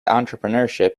entrepreneurship